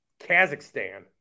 Kazakhstan